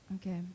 Okay